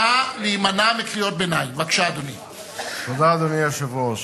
תודה, אדוני היושב-ראש.